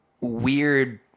weird